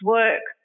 work